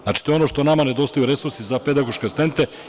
Znači, to je ono što nama nedostaju resursi za pedagoške asistente.